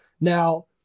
Now